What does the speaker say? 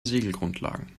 segelgrundlagen